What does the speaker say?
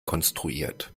konstruiert